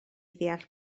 ddeall